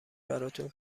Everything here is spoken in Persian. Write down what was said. براتون